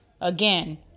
again